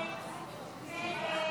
41 נגד.